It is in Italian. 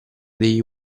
degli